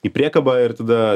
į priekabą ir tada